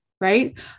right